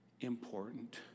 important